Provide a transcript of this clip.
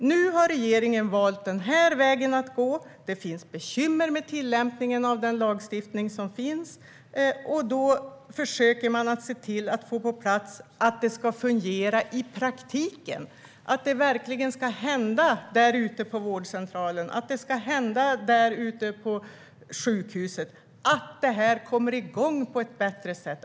Nu har regeringen valt att gå den här vägen. Det finns bekymmer med tillämpningen av den lagstiftning som finns. Då försöker man se till att få det att fungera i praktiken, att det verkligen ska hända där ute på vårdcentralen och att det ska hända där ute på sjukhuset. Det här ska komma igång på ett bättre sätt.